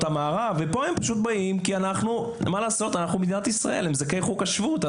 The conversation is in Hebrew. המערב ופה הם באים כי אנחנו מדינת ישראל והם זכאים מתוקף חוק השבות.